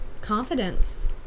confidence